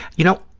you know,